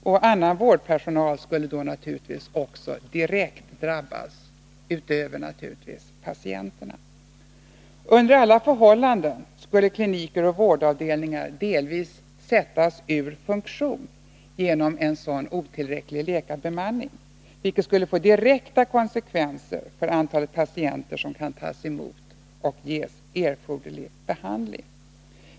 Och annan vårdpersonal skulle då också direkt drabbas, utöver naturligtvis patienterna. Under alla förhållanden skulle kliniker och vårdavdelningar delvis sättas ur funktion genom en sådan otillräcklig läkarbemanning, vilket skulle få direkta konsekvenser för antalet patienter som kan tas emot och ges erforderlig behandling.